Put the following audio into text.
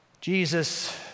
Jesus